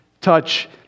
touch